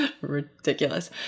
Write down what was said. ridiculous